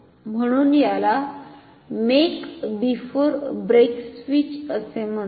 म्हणून याला make before break switch असे म्हणतात